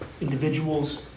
individuals